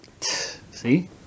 See